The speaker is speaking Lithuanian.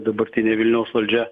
dabartinė vilniaus valdžia